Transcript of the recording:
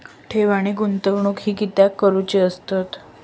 ठेव आणि गुंतवणूक हे कित्याक करुचे असतत?